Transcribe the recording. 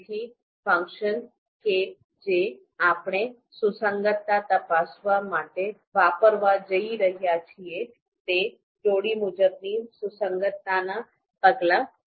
તેથી ફંક્શન કે જે આપણે સુસંગતતા તપાસ માટે વાપરવા જઈ રહ્યા છીએ તે જોડી મુજબની સુસંગતતાનાં પગલાં છે